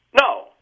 No